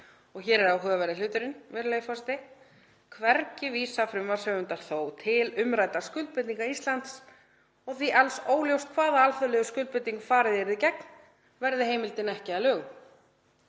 Og hér er áhugaverði hlutinn, virðulegi forseti: „Hvergi vísa frumvarpshöfundar þó til umræddra skuldbindinga Íslands og því alls óljóst hvaða alþjóðlegu skuldbindingum farið yrði gegn verði heimildin ekki að lögum.“